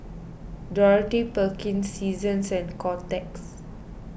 Dorothy Perkins Seasons and Kotex